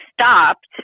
stopped